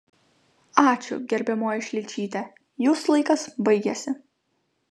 ačiū gerbiamoji šličyte jūsų laikas baigėsi